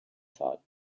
thought